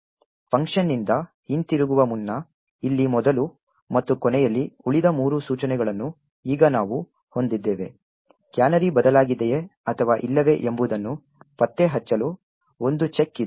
function ನಿಂದ ಹಿಂತಿರುಗುವ ಮುನ್ನ ಇಲ್ಲಿ ಮೊದಲು ಮತ್ತು ಕೊನೆಯಲ್ಲಿ ಉಳಿದ ಮೂರು ಸೂಚನೆಗಳನ್ನು ಈಗ ನಾವು ಹೊಂದಿದ್ದೇವೆ ಕ್ಯಾನರಿ ಬದಲಾಗಿದೆಯೇ ಅಥವಾ ಇಲ್ಲವೇ ಎಂಬುದನ್ನು ಪತ್ತೆಹಚ್ಚಲು ಒಂದು ಚೆಕ್ ಇದೆ